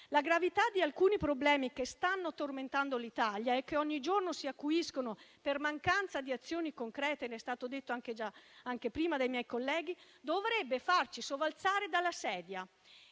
La gravità di alcuni problemi che stanno tormentando l'Italia e che ogni giorno si acuiscono per mancanza di azioni concrete - come rilevato anche prima dai miei colleghi - dovrebbe farci sobbalzare dalla sedia.